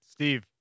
Steve